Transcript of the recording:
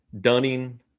Dunning